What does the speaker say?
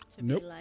Nope